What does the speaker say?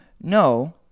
no